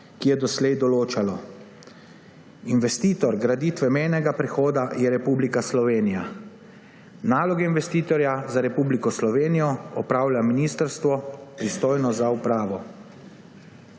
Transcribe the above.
ki je doslej določal: »Investitor graditve mejnega prehoda je Republika Slovenija. Naloge investitorja za Republiko Slovenijo opravlja ministrstvo, pristojno za upravo.«